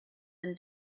been